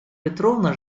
петровна